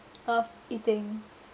of eating